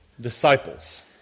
disciples